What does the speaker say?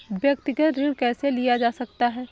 व्यक्तिगत ऋण कैसे लिया जा सकता है?